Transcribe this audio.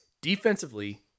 Defensively